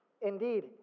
Indeed